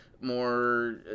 more